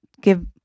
give